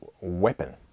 weapon